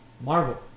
Marvel